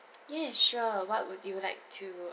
ya sure what would you like to